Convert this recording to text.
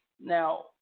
Now